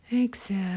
exhale